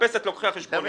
תחפש את לוקחי החשבוניות.